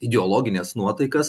ideologines nuotaikas